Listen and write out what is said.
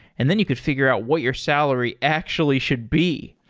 and then you could figure out what your salary actually should be.